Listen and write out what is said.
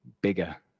bigger